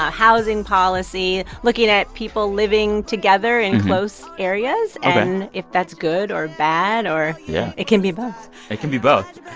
housing policy, looking at people living together in close areas and if that's good or bad. or yeah it can be both it can be both.